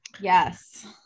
Yes